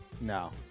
No